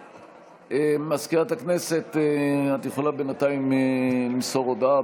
מזכירת הכנסת, את יכולה בינתיים למסור הודעה.